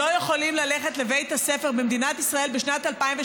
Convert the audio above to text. לא יכולים ללכת לבית הספר במדינת ישראל בשנת 2018